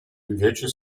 invece